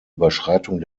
überschreitung